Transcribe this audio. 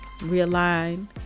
Realign